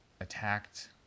attacked